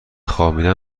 خوابیدن